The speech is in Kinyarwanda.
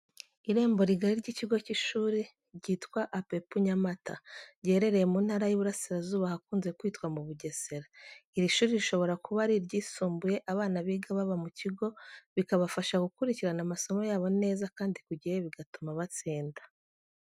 Irembo rigari ry'ikigo cy'ishuri ryitwa Apebu Nyamata, giherereye mu ntara y'Iburasirazuba ahakunze kwitwa mu Bugesera. Iri shuri rishobora kuba ari iryisumbuye abana biga baba mu kigo, bikabafasha gukurikirana amasomo yabo neza kandi ku gihe bigatuma batsinda.